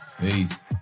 Peace